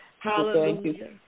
Hallelujah